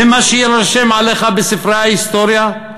זה מה שיירשם עליך בספרי ההיסטוריה?